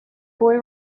boy